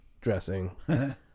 Dressing